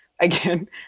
again